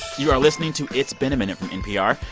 you are listening to it's been a minute from npr,